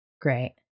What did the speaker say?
Great